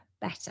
better